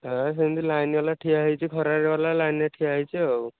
ହଁ ସେମିତି ଲାଇନ୍ରେ ହେଲା ଠିଆ ହେଇଛି ଖରାରେ ଗଲା ଲାଇନ୍ରେ ଠିଆ ହେଇଛି ଆଉ